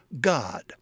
God